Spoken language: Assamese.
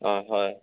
অঁ হয়